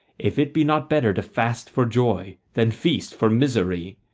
if it be not better to fast for joy than feast for misery.